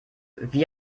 wie